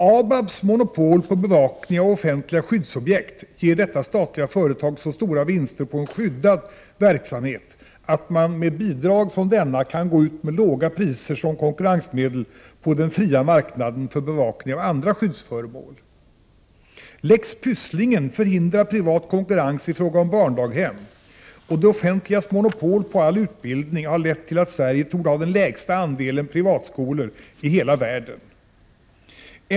ABAB:s monopol på bevakning av offentliga skyddsobjekt ger detta statliga företag så stora vinster på en”skyddad verksamhet, att man med bidrag från denna kan gå ut med låga priser som konkurrensmedel på den fria marknaden för bevakning av andra skyddsföremål. Lex Pysslingen förhindrar privat konkurrens i fråga om barndaghem, och det offentligas monopol på all utbildning har lett till att Sverige torde ha den lägsta andelen privatskolor i hela världen.